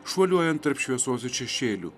šuoliuojant tarp šviesos ir šešėlių